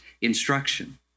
instruction